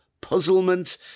puzzlement